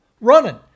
running